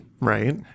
Right